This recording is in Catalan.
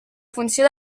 funció